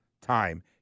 time